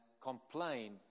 complain